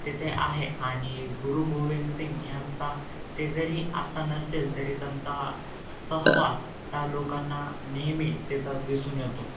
तिथे आहे आणि गुरु गोविंद सिंग यांचा ते जरी आत्ता नसतील तरी त्यांचा सहवास त्या लोकांना नेहमी तिथं दिसून येतो